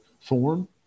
form